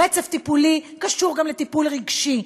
רצף טיפולי קשור גם לטיפול רגשי.